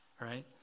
right